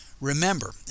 Remember